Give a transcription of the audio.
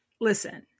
listen